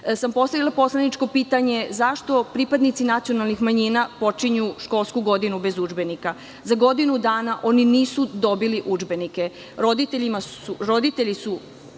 sam postavila poslaničko pitanje – zašto pripadnici nacionalnih manjina počinju školsku godinu bez udžbenika? Za godinu dana oni nisu dobili udžbenike. Roditelji su,